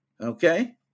Okay